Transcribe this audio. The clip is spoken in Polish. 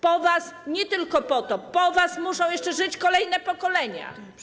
Po was nie tylko potop, po was muszą jeszcze żyć kolejne pokolenia.